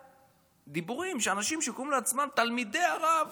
דיבורים שאנשים שקוראים לעצמם תלמידי הרב